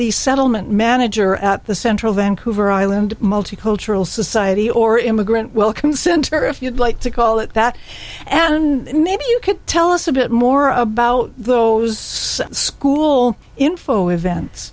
the settlement manager at the central vancouver island multicultural society or immigrant welcome center if you'd like to call it that and maybe you could tell us a bit more about those school info events